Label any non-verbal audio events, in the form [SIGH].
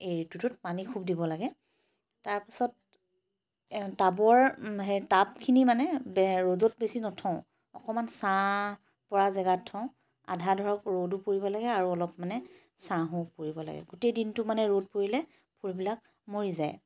এই ঋতুটোত পানী খুব দিব লাগে তাৰ পাছত টাবৰ টাবখিনি মানে [UNINTELLIGIBLE] ৰ'দত বেছি নথওঁ অকমান ছাঁ পৰা জেগাত থওঁ আধা ধৰক ৰ'দো পৰিব লাগে আৰু অলপ মানে ছাঁহো পৰিব লাগে গোটেই দিনটো মানে ৰ'দ পৰিলে ফুলবিলাক মৰি যায়